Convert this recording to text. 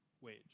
wage